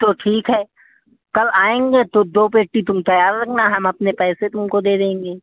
तो ठीक है कल आएंगे तो दो पेटी तुम तैयार रखना हम अपने पैसे तुमको दे देंगे